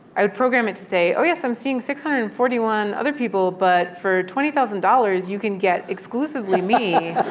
i would program it to say, oh, yes, i'm seeing six hundred and forty one other people, but for twenty thousand dollars, you can get exclusively me